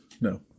No